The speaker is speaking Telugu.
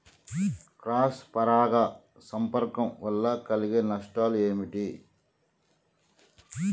క్రాస్ పరాగ సంపర్కం వల్ల కలిగే నష్టాలు ఏమిటి?